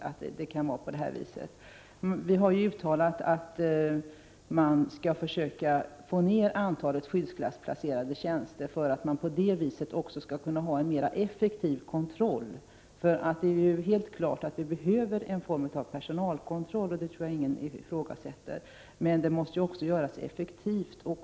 Riksdagen har ju uttalat att man skall försöka nedbringa antalet skyddsklassplacerade tjänster för att man därigenom också skall kunna ha en mer effektiv kontroll. Det är helt klart att någon form av personalkontroll behövs — det tror jag inte någon ifrågasätter. Men kontrollen måste göras på ett effektivt sätt.